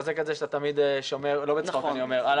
אני מחזק את זה שאתה תמיד שומר ולא בצחוק אני אומר,